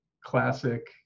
classic